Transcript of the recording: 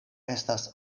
estas